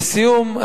לסיום,